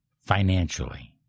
financially